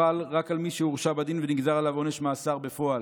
חל רק על מי שהורשע בדין ונגזר עליו עונש מאסר בפועל,